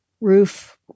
roof